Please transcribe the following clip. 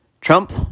Trump